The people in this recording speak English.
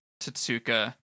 Tatsuka